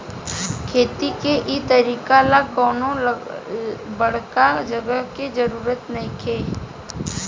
खेती के इ तरीका ला कवनो बड़का जगह के जरुरत नइखे